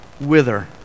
wither